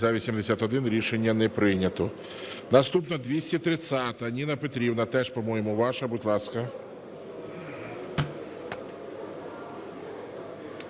За-81 Рішення не прийнято. Наступна 230-а. Ніна Петрівна, теж, по-моєму, ваша. Будь ласка.